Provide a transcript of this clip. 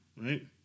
Right